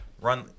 run